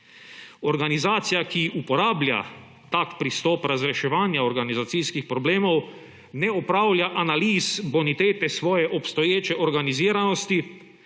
Organizacija, ki uporablja tak pristop razreševanja organizacijskih problemov, ne opravlja analiz bonitete svoje obstoječe organiziranosti,